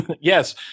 Yes